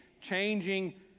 changing